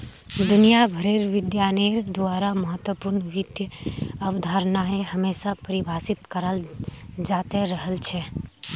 दुनिया भरेर विद्वानेर द्वारा महत्वपूर्ण वित्त अवधारणाएं हमेशा परिभाषित कराल जाते रहल छे